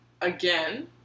again